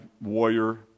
warrior